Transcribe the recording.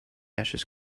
ashes